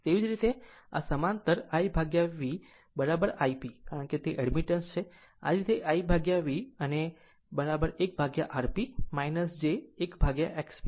તેવી જ રીતે સમાંતર I V I P કારણ કે તે એડમિટન્સ છે આમ જ I V અને 1Rp j 1XPg jb